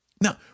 Now